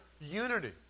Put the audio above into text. unity